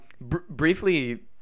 Briefly